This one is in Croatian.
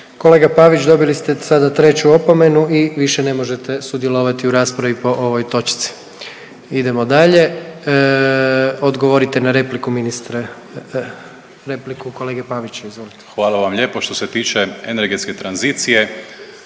Kolega Pavić, dobili ste sada treću opomenu i više ne možete sudjelovati u raspravi po ovoj točci. Idemo dalje. Odgovorite na repliku ministre, repliku kolege Pavića. Izvolite. **Primorac, Marko** Hvala vam lijepo. Što se tiče energetske tranzicije,